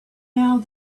now